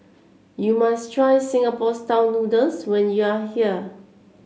you must try Singapore style noodles when you are here